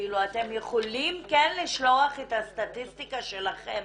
אתם יכולים כן לשלוח את הסטטיסטיקה שלכם